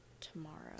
tomorrow